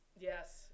Yes